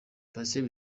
patient